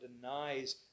denies